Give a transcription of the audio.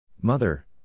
Mother